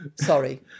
Sorry